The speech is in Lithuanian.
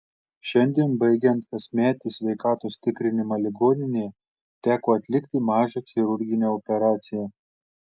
šiandien baigiant kasmetį sveikatos tikrinimą ligoninėje teko atlikti mažą chirurginę operaciją